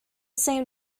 same